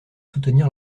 soutenir